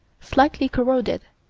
slightly corroded.